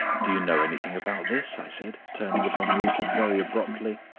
do you know anything about this? i said, turning upon rupert very abruptly.